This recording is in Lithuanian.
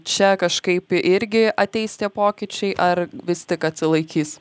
čia kažkaip irgi ateis tie pokyčiai ar vis tik atsilaikys